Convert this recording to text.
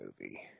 movie